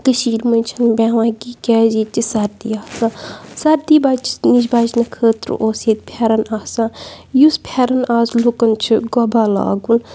کٔشیٖر منٛز چھِنہٕ بیٚہوان کینٛہہ کیازِ ییٚتہِ چھِ سردی آسان سردی بَچہِ نِش بَچنہٕ خٲطرٕ اوس ییٚتہِ پھٮ۪رَن آسان یُس پھٮ۪رَن آز لُکَن چھُ گۄبا لاگُن